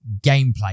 gameplay